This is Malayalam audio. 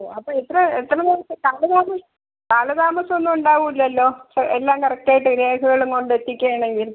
ഓ അപ്പോൾ ഇത്ര എത്ര ദിവസം കാലതാമസം കാലതാമസം ഒന്നും ഉണ്ടാവില്ലല്ലോ എല്ലാം കറക്റ്റ് ആയിട്ട് രേഖകളും കൊണ്ട് എത്തിക്കുകയാണെങ്കിൽ